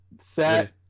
Set